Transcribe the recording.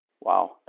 Wow